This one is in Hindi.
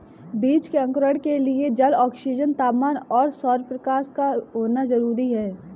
बीज के अंकुरण के लिए जल, ऑक्सीजन, तापमान और सौरप्रकाश का होना जरूरी है